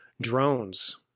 Drones –